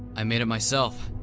i made it myself.